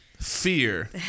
fear